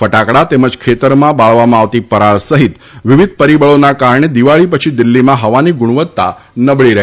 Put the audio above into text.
ફટાકડા તેમજ ખેતરમાં બાળવામાં આવતી પરાળ સહિત વિવિધ પરિબળોના કારણે દિવાળી પછી દિલ્ફીમાં હવાની ગુણવત્તા નબળી રહી છે